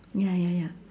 ya ya ya